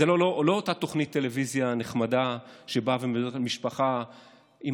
זו לא אותה תוכנית טלוויזיה נחמדה שבאה ומדברת על המשפחה עם